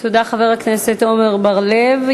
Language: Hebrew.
תודה, חבר הכנסת עמר בר-לב.